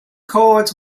cards